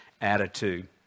attitude